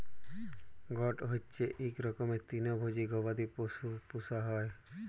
goat হচ্যে ইক রকমের তৃলভজী গবাদি পশু পূষা হ্যয়